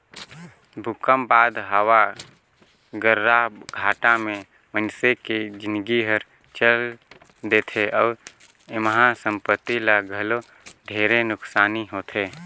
भूकंप बाद हवा गर्राघाटा मे मइनसे के जिनगी हर चल देथे अउ एम्हा संपति ल घलो ढेरे नुकसानी होथे